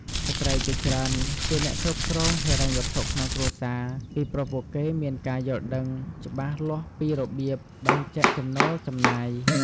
ស្ត្រីជាច្រើនជាអ្នកគ្រប់គ្រងហិរញ្ញវត្ថុក្នុងគ្រួសារ ពីព្រោះពួកគេមានការយល់ដឹងច្បាស់លាស់ពីរបៀបបែងចែកចំណូលចំណាយ។